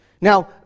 Now